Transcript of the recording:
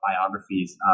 biographies